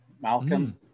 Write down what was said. Malcolm